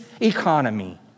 economy